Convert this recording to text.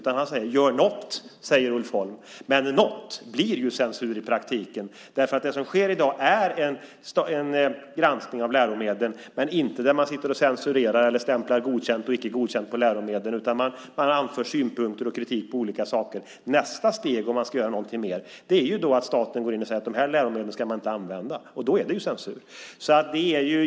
Ulf Holm säger: Gör något. Men något blir i praktiken censur. Det som sker i dag är en granskning av läromedel. Men det är inte att man sitter och censurerar eller stämplar Godkänd eller Icke godkänd på läromedlen. Man framför synpunkter och kritik mot olika saker. Nästa steg om man ska göra någonting mer är att staten går in och säger: De här läromedlen ska man inte använda. Då är det censur.